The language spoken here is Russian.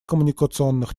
коммуникационных